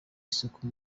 isuku